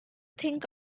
think